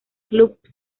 club